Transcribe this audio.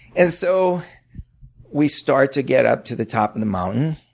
and so we start to get up to the top of the mountain.